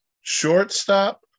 Shortstop